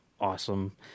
awesome